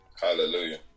Hallelujah